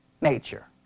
nature